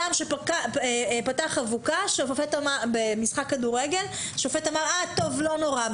וכשאדם פתח אבוקה במשחק כדורגל השופט אמר: לא נורא,